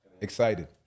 excited